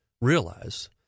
realize